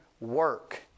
work